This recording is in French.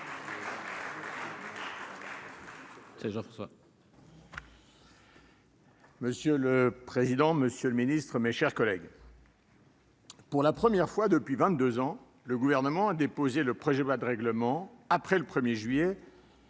Monsieur le président, Monsieur le Ministre, mes chers collègues. Pour la première fois depuis 22 ans, le gouvernement a déposé le projet de loi de règlement après le 1er juillet.